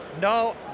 No